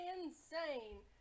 insane